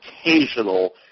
occasional